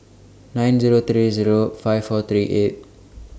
nine Zero three Zero five four three eight